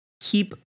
keep